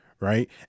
right